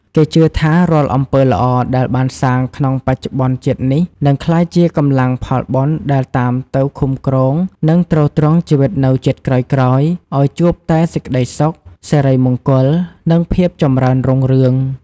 គេជឿថារាល់អំពើល្អដែលបានសាងក្នុងបច្ចុប្បន្នជាតិនេះ នឹងក្លាយជាកម្លាំងផលបុណ្យដែលតាមទៅឃំគ្រង និងទ្រទ្រង់ជីវិតនៅជាតិក្រោយៗ ឲ្យជួបតែសេចក្តីសុខ សិរីមង្គល និងភាពចម្រើនរុងរឿង។